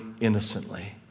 innocently